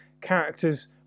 characters